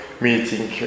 meeting